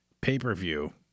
pay-per-view